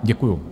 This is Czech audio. Děkuju.